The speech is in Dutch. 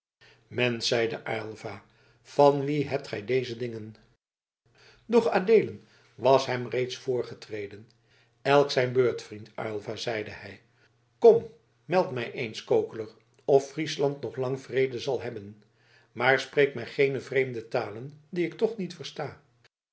zeide aylva van wien hebt gij deze dingen doch adeelen was hem reeds voorgetreden elk zijn beurt vriend aylva zeide hij kom meld mij eens kokeler of friesland nog lang vrede zal hebben maar spreek mij geene vreemde talen die ik toch niet versta